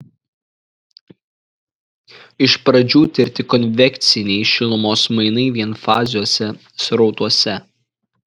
iš pradžių tirti konvekciniai šilumos mainai vienfaziuose srautuose